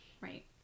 Right